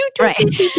Right